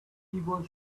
keyboard